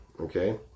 okay